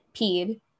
peed